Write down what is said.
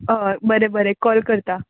अय बरें बरें कॉल करता